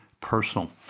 personal